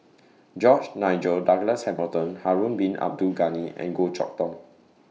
George Nigel Douglas Hamilton Harun Bin Abdul Ghani and Goh Chok Tong